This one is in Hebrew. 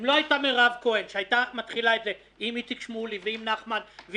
אם לא הייתה מירב כהן מתחילה את זה עם איציק שמולי ועם נחמן שי